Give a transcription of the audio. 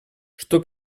что